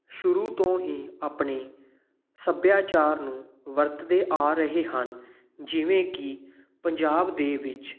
ਸ਼ੁਰੂ ਤੋਂ ਹੀ ਆਪਣੇ ਸੱਭਿਆਚਾਰ ਨੂੰ ਵਰਤਦੇ ਆ ਰਹੇ ਹਨ ਜਿਵੇਂ ਕਿ ਪੰਜਾਬ ਦੇ ਵਿੱਚ